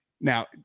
Now